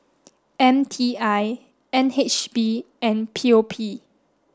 M T I N H B and P O P